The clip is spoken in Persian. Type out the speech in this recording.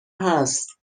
هست